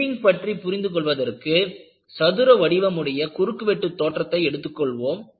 bending பற்றி புரிந்து கொள்வதற்கு சதுர வடிவமுடைய குறுக்குவெட்டுத் தோற்றத்தை எடுத்துக்கொண்டோம்